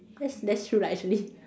that's that's true lah actually